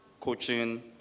coaching